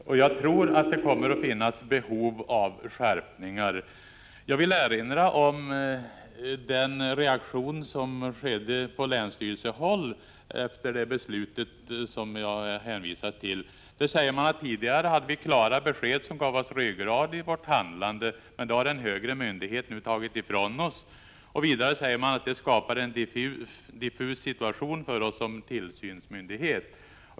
Herr talman! Det tackar jag för. Jag tror att det kommer att finnas behov av skärpningar. Jag vill erinra om den reaktion som skedde på länsstyrelsehåll efter det beslut som jag hänvisade till. Där säger man: ”Tidigare hade vi klara besked som gav oss ryggrad i vårt handlande. Det har en högre myndighet nu tagit ifrån oss.” Vidare säger man att ”det skapar en diffus situation för oss som tillsynsmyndighet”.